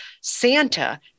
Santa